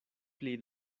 pli